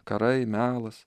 karai melas